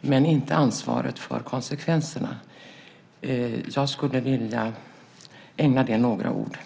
men inte ansvaret för konsekvenserna. Jag skulle vilja ägna det några ord.